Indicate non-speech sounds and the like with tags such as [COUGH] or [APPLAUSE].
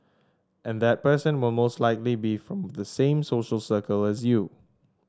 and that person will mostly like be [UNINTELLIGIBLE] from the same social circle as you